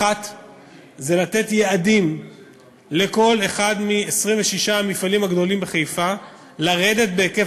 1. לתת יעדים לכל אחד מ-26 המפעלים הגדולים בחיפה לרדת בהיקף